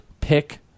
pick